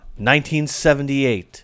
1978